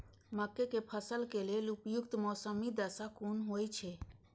मके के फसल के लेल उपयुक्त मौसमी दशा कुन होए छै?